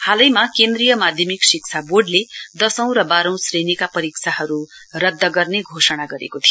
हालैमा केन्द्रीय माध्यमिक शिक्षा बोर्डले दशौं र बाह्रौं श्रेणीका परीक्षाहरु रद्द गर्ने घोषणा गरेको थियो